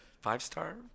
five-star